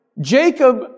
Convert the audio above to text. Jacob